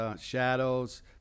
shadows